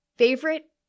Favorite